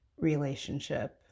relationship